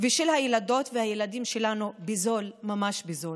ושל הילדות והילדים שלנו בזול, ממש בזול.